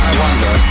wonder